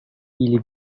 ili